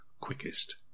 quickest